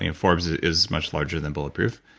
and forbes is much larger than bulletproof.